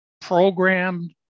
programmed